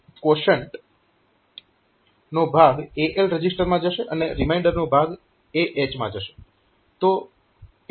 તો આ ક્વોશન્ટ નો ભાગ AL રજીસ્ટરમાં જશે અને રીમાઈન્ડર નો ભાગ AH માં જશે